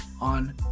on